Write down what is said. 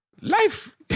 Life